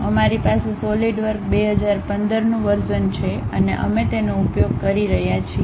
અમારી પાસે સોલિડવર્ક 2015 નું વર્ઝન છે અને અમે તેનો ઉપયોગ કરી રહ્યા છીએ